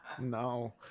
No